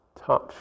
touch